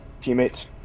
teammates